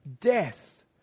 Death